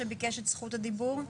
שביקש את זכות הדיבור.